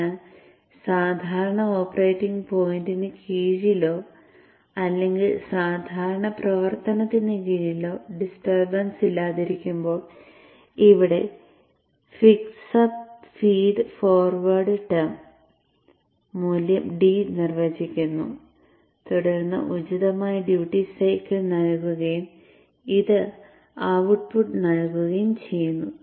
അതിനാൽ സാധാരണ ഓപ്പറേറ്റിംഗ് പോയിന്റിന് കീഴിലോ അല്ലെങ്കിൽ സാധാരണ പ്രവർത്തനത്തിന് കീഴിലോ ഡിസ്റ്റർബെൻസ് ഇല്ലാതിരിക്കുമ്പോൾ ഇവിടെ fix up feed forward term മൂല്യം d നിർവചിക്കുന്നു തുടർന്ന് ഉചിതമായ ഡ്യൂട്ടി സൈക്കിൾ നൽകുകയും ഇത് ഔട്ട്പുട്ട് നൽകുകയും ചെയ്യുന്നു